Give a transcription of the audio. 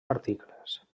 articles